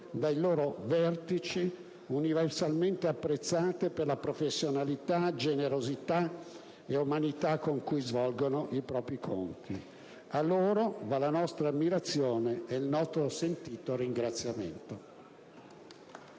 dai loro vertici, universalmente apprezzati per la professionalità, generosità e umanità con cui svolgono i propri compiti. A loro va la nostra ammirazione ed il nostro sentito ringraziamento.